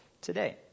today